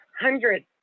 hundreds